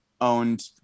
owned